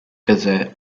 gazette